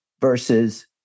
versus